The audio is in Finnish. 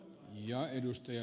sillä siisti